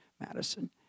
Madison